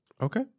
Okay